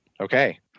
Okay